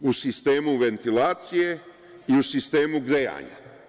U sistemu ventilacije i u sistemu grejanja.